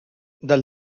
del